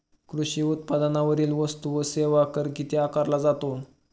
कृषी उत्पादनांवरील वस्तू व सेवा कर किती आकारला जातो?